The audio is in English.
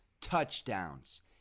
touchdowns